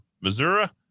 Missouri